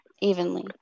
evenly